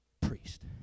priest